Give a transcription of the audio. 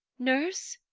nurse?